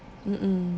mm mm